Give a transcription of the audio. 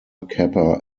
kappa